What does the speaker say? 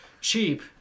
Cheap